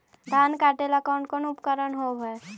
धान काटेला कौन कौन उपकरण होव हइ?